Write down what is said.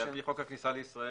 על פי חוק הכניסה לישראל,